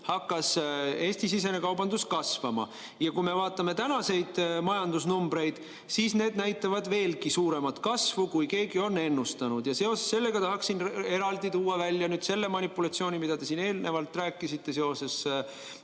hakkas Eesti-sisene kaubandus kasvama. Ja kui me vaatame tänaseid majandusnumbreid, siis need näitavad veelgi suuremat kasvu, kui keegi on ennustanud. Seoses sellega tahaksin eraldi tuua välja selle manipulatsiooni, mida te siin eelnevalt rääkisite seoses